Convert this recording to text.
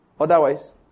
Otherwise